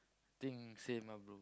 think same ah bro